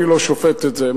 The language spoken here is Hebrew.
אני לא שופט את זה.